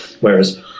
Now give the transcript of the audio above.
Whereas